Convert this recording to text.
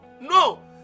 No